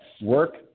work